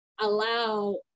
allow